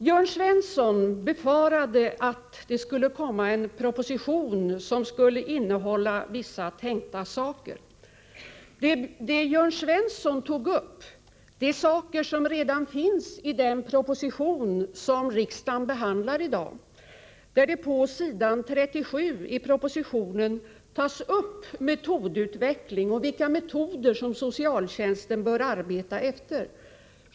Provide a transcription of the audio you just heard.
Jörn Svensson har befarat att det skulle komma en proposition som innehöll vissa tänkta saker. Vad Jörn Svensson tog upp är sådant som redan finns med i den proposition som riksdagen i dag behandlar. På s. 37 i propositionen tas upp frågor som gäller metodutveckling och även vilka metoder som socialtjänsten bör arbeta efter.